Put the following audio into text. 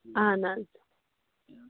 اَہن حظ